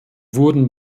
wurden